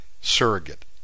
Surrogate